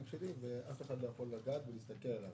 שלי ואף אחד לא יכול לגעת בו ולהסתכל עליו.